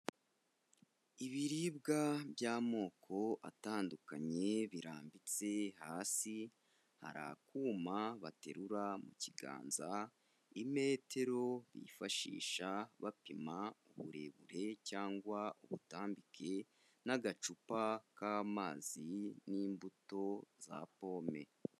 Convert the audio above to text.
Ibiribwa by'amoko atandukanye birambitse hasi, hari akuma baterura mu kiganza, imetero bifashisha bapima uburebure cyangwa ubutambike n'agacupa k'amazi n'imbuto za pome.